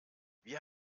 wir